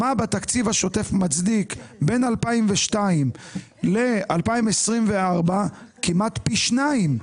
מה בתקציב השוטף מצדיק בין 2022 ל-2024 כמעט פי 2?